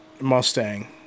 Mustang